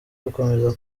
gukomeza